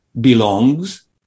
belongs